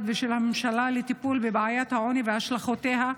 ושל הממשלה לטיפול בבעיית העוני והשלכותיה?